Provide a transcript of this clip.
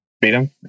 freedom